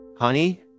Honey